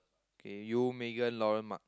K you Megan Laurance Mark